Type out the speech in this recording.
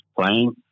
playing